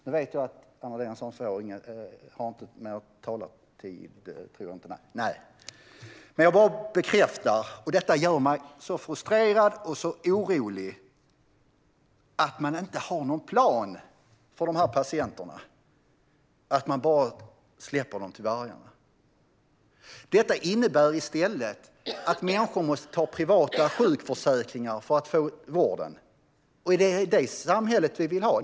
Jag vet att Anna-Lena Sörenson inte har mer talartid och därför inte kan svara. Det gör mig frustrerad och orolig att man inte har någon plan för de patienterna utan bara släpper dem till vargarna. Det innebär att människor i stället måste ta privata sjukförsäkringar för att få vård. Är det ett sådant samhälle vi vill ha?